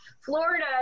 Florida